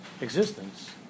existence